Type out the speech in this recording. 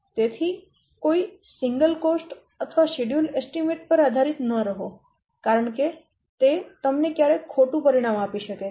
તેથી કોઈ સિંગલ ખર્ચ અથવા શેડ્યૂલ અંદાજ પર આધારિત ન રહો કારણકે તે તમને ક્યારેક ખોટું પરિણામ આપી શકે છે